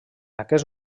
aquest